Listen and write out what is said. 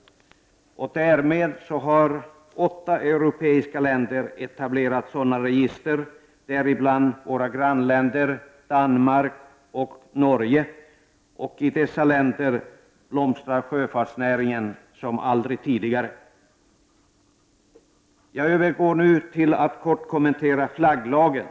Därmed har åtta europeiska länder etablerat sådana register, däribland våra grannländer Danmark och Norge. I dessa länder blomstrar sjöfartsnäringen som aldrig tidigare. Jag övergår nu till att kort kommentera flagglagen.